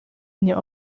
nie